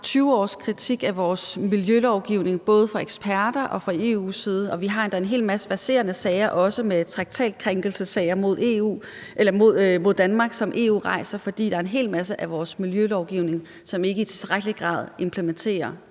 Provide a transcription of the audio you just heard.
haft kritik af vores miljølovgivning, både fra eksperter og fra EU's side. Vi har også en hel masse verserende sager, traktatkrænkelsessager, som EU rejser mod Danmark, fordi der er en hel masse af vores miljølovgivning, som ikke i